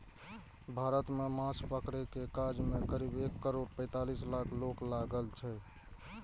भारत मे माछ पकड़ै के काज मे करीब एक करोड़ पैंतालीस लाख लोक लागल छै